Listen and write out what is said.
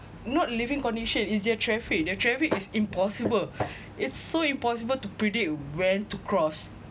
not living condition it's their traffic their traffic is impossible it's so impossible to predict when to cross